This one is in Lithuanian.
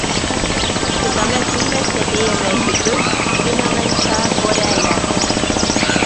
kitame filme stebėjome hipius primenančią porelę